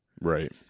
Right